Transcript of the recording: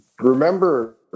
remember